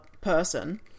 person